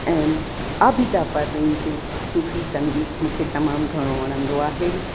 ऐं आबीदा परविन जूं सुफ़ी संगीत मूंखे तमामु घणो वणंदो आहे